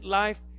life